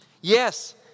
Yes